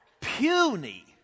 puny